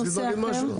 רצית להגיד משהו?